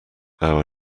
our